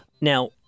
Now